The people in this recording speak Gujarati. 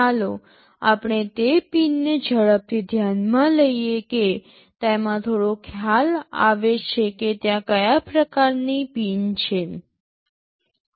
ચાલો આપણે તે પિનને ઝડપથી ધ્યાનમાં લઈએ કે તેમાં થોડો ખ્યાલ આવે છે કે ત્યાં કયા પ્રકારની પિન છે